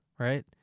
Right